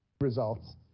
results